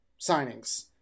signings